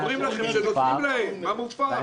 --- אומרים לכם שנותנים להם, מה מופר?